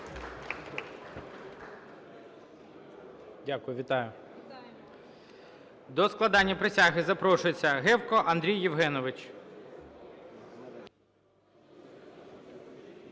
Дякую. Вітаю. До складення присяги запрошується Гевко Андрій Євгенович.